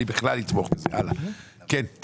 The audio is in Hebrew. הלאה, כן.